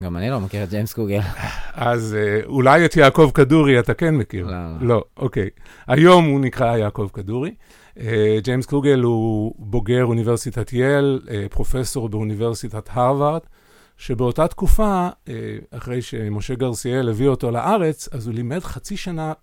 גם אני לא מכיר את ג'יימס קוגל. אז אולי את יעקב כדורי אתה כן מכיר. לא. לא, אוקיי. היום הוא נקרא יעקב כדורי. ג'יימס קוגל הוא בוגר אוניברסיטת ייל, פרופסור באוניברסיטת הרווארד, שבאותה תקופה, אחרי שמשה גרסיאל הביא אותו לארץ, אז הוא לימד חצי שנה.